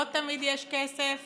לא תמיד יש כסף